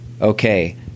Okay